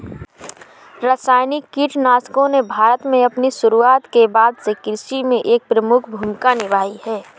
रासायनिक कीटनाशकों ने भारत में अपनी शुरूआत के बाद से कृषि में एक प्रमुख भूमिका निभाई हैं